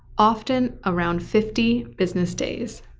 often around fifty business days.